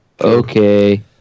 Okay